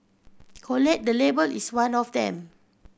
collate the label is one of them